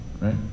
Right